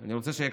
אני רוצה שיקשיב.